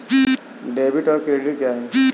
Debit और credit क्या है?